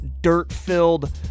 dirt-filled